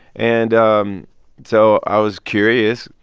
and um so i was curious.